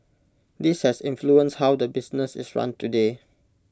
this has influenced how the business is run today